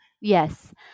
Yes